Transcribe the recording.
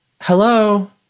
Hello